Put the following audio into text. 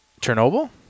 Chernobyl